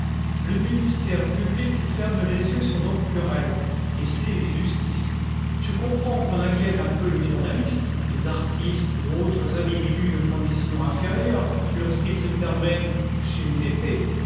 le ministère public ferme les yeux sur nos que relies et c'est justice je comprends qu'on in quiète un peu les journalistes les artistes et autres individus de condition inférieure lorsqu'il se permettent de toucher une épée